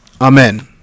Amen